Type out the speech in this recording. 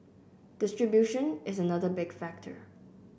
distribution is another big factor